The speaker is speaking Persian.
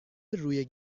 روی